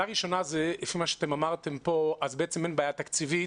לפי מה שאמרתם כאן בעצם אין בעיה תקציבית